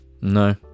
no